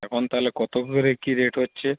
এখন তাহলে কত করে কী রেট হচ্ছে